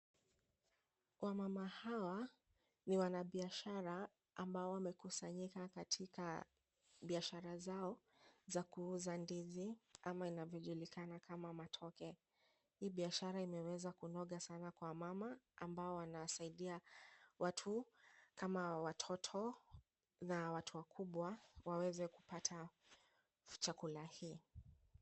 Wamama hawa ni wanabiashara ambao wamekusanyika katika biashara zao za kuuza ndizi ama inavyojulikana kama matoke. Hii biashara imeweza kunoga sana kwa wamama ambao wanasaidia watu kama watoto na watu wakubwa waweze kupata chakula hii.